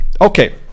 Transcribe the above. okay